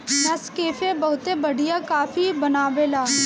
Nescafe बहुते बढ़िया coffee बनावेला